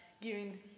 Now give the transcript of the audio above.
giving